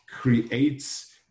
creates